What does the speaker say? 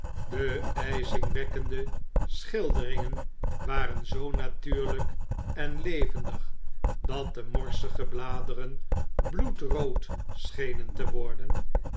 de ijzingwekkende schilderingen waren zoo natuurlijk en levendig dat de morsige bladeren bloedrood schenen te worden